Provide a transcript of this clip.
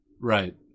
Right